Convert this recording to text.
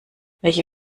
welche